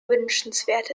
wünschenswert